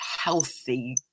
healthy